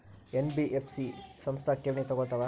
NBF ಸಂಸ್ಥಾ ಠೇವಣಿ ತಗೋಳ್ತಾವಾ?